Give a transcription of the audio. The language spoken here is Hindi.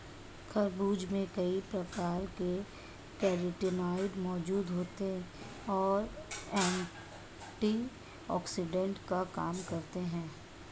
खरबूज में कई प्रकार के कैरोटीनॉयड मौजूद होते और एंटीऑक्सिडेंट का काम करते हैं